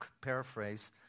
paraphrase